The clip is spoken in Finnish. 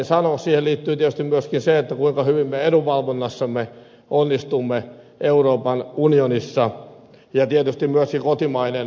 siihen liittyy tietysti myöskin se kuinka hyvin me edunvalvonnassamme onnistumme euroopan unionissa ja tietysti myöskin kotimainen päätöksenteko